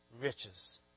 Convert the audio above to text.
riches